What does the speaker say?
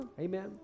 Amen